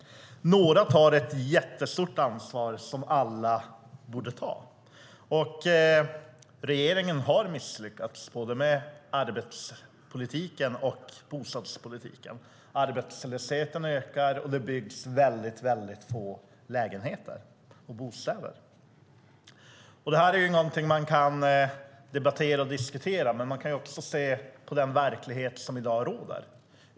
Några tar ett stort ansvar, som alla borde ta. Regeringen har misslyckats med både arbetsmarknadspolitiken och bostadspolitiken. Arbetslösheten ökar, och det byggs få lägenheter och bostäder. Migration kan vi debattera och diskutera, men vi kan också se på den verklighet som i dag råder.